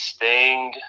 Sting